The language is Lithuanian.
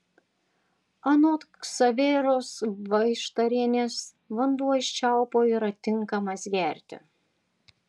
anot ksaveros vaištarienės vanduo iš čiaupo yra tinkamas gerti